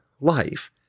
life